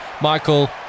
Michael